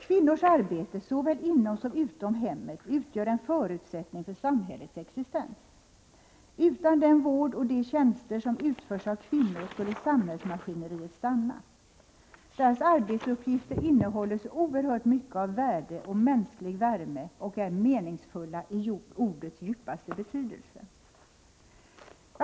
Kvinnors arbete såväl inom som utom hemmet utgör en förutsättning för samhällets existens. Utan den vård och de tjänster som utförs av kvinnor skulle samhällsmaskineriet stanna. Deras arbetsuppgifter innehåller så oerhört mycket av värde och mänsklig värme och är meningsfulla i ordets djupaste betydelse. 2 : denm.m.